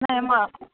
ஆ ஏம்மா